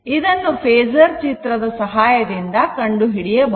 ಇವನ್ನು ಫೇಸರ್ ಚಿತ್ರ ದ ಸಹಾಯದಿಂದ ಕಂಡುಹಿಡಿಯಬಹುದು